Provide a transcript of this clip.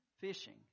fishing